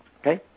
Okay